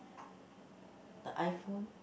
the iPhone